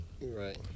Right